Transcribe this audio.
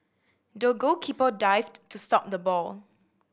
the goalkeeper dived to stop the ball